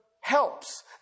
helps